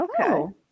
Okay